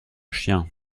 chien